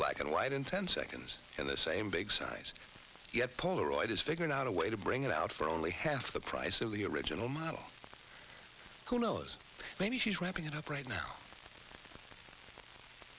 black and white in ten seconds and the same big size yet polaroid has figured out a way to bring it out for only half the price of the original model who knows maybe she's wrapping it up right now